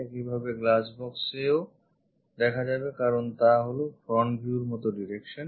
একইভাবে glassbox এ ও দেখা যাবে কারণ তা হল front view র মতো direction